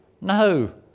No